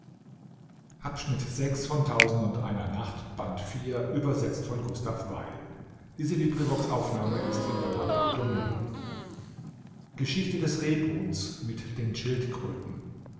geschichte des rebhuhns